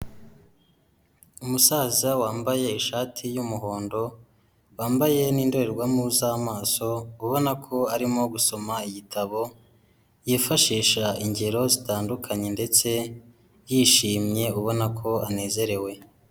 Umusaza wambaye ishati y'umuhondo wambaye n'indorerwamo z'amaso, ubona ko arimo gusoma igitabo yifashisha ingero zitandukanye ndetse yishimye ubona ko anezerewe.